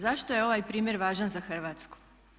Zašto je ovaj primjera važan za Hrvatsku?